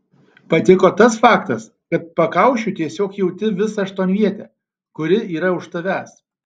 patiko tas faktas kad pakaušiu tiesiog jauti visą aštuonvietę kuri yra už tavęs